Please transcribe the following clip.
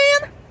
man